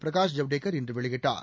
பிரகாஷ் ஜவ்டேகர் இன்று வெளியிட்டார்